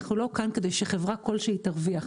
אנחנו לא כאן שחברה כלשהי תרוויח,